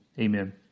Amen